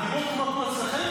דיברו כמו אצלכם?